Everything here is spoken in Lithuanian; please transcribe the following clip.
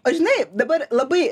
o žinai dabar labai